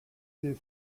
des